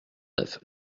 neuf